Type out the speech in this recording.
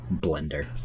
blender